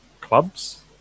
clubs